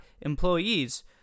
employees